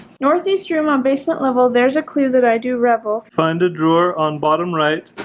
north east room on basement level there's a clue that i do rebel find a drawer on bottom, right?